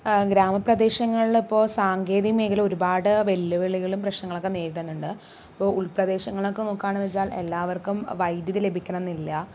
ഗ്രാമപ്രദേശങ്ങളില് ഇപ്പോൾ സാങ്കേതിക മേഖല ഒരുപാട് വെല്ലുവിളികളും പ്രശ്നങ്ങളൊക്കെ നേരിടുന്നുണ്ട് ഇപ്പോൾ ഉൾ പ്രദേശങ്ങളൊക്കെ നോക്കുകയാണെന്ന് വെച്ചാൽ എല്ലാവർക്കും വൈദ്യുതി ലഭിക്കണം എന്നില്ല